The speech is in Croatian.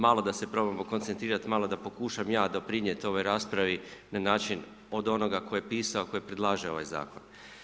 Malo da se probamo koncentrirati, malo da pokušam ja doprinijet ovoj raspravi na način od onog tko je pisao, koji predlaže ovaj Zakon.